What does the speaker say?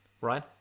right